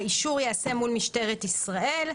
האישור ייעשה מול משטרת ישראל,